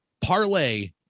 parlay